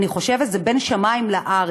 אני חושבת שזה המרחק בין שמים לארץ,